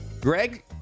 Greg